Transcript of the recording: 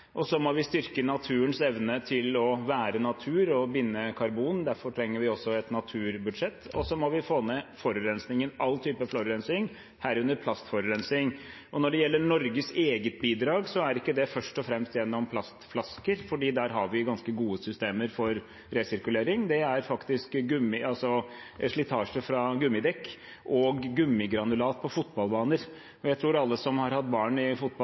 og vi må styrke naturens evne til å være natur og binde karbon. Derfor trenger vi også et naturbudsjett. Og vi må få ned forurensningen – all type forurensning, herunder plastforurensning. Når det gjelder Norges eget bidrag, er ikke det først og fremst knyttet til plastflasker, for der har vi ganske gode systemer for resirkulering. Det gjelder faktisk slitasje fra gummidekk og gummigranulat på fotballbaner. Jeg tror alle som har hatt barn som spiller fotball,